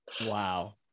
wow